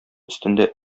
өстендә